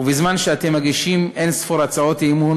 ובזמן שאתם מגישים אין-ספור הצעות אי-אמון,